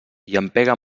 llampega